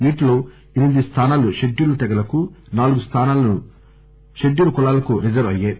వీటిలో ఎనిమిది స్థానాలు షెడ్యూల్డ్ తెగలకు నాలుగు స్థానాలకు షెడ్యూల్డ్ కులాలకు రిజర్వ్ అయ్యాయి